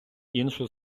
іншу